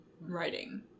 writing